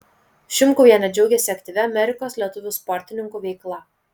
šimkuvienė džiaugiasi aktyvia amerikos lietuvių sportininkų veikla